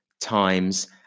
times